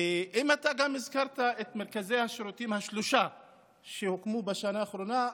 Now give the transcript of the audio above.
אם הזכרת גם את שלושת מרכזי השירותים שהוקמו בשנה האחרונה,